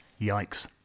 Yikes